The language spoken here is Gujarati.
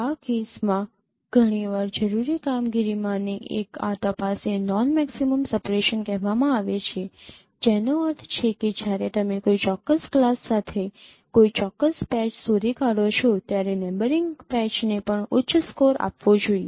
આ કેસમાં ઘણીવાર જરૂરી કામગીરીમાંની એક આ તપાસને નોન મેક્સીમ સપ્રેશન કહેવામાં આવે છે જેનો અર્થ છે કે જ્યારે તમે કોઈ ચોક્કસ ક્લાસ સાથે કોઈ ચોક્કસ પેચ શોધી કાઢો છો ત્યારે નેબયરિંગ પેચને પણ ઉચ્ચ સ્કોર આપવો જોઈએ